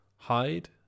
hide